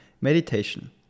meditation